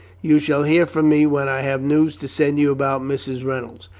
you shall hear from me when i have news to send you about mrs. reynolds.